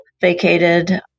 vacated